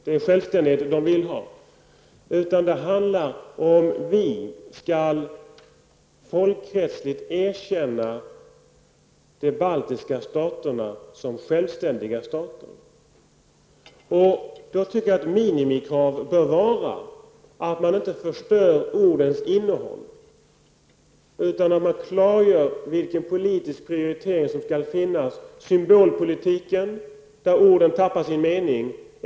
Det handlar om huruvida vi skall folkrättsligt erkänna de baltiska staterna som självständiga stater. Jag tycker att minimikravet bör vara att man inte förstör ordens innehåll, utan att man klargör vilken politisk prioritering som skall gälla. Symbolpolitiken innebär att orden tappar sin mening.